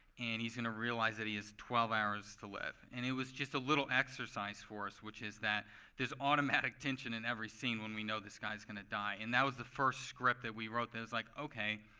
and he's going to realize that he has twelve hours to live. and it was just a little exercise for us, which is that there's automatic tension in every scene when we know this guy's going to die. and that was the first script that we wrote that it was like, ok,